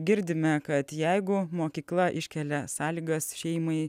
girdime kad jeigu mokykla iškelia sąlygas šeimai